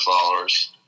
followers